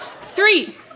Three